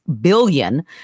billion